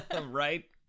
Right